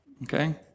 Okay